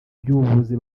by’ubuvuzi